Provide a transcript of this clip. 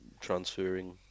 transferring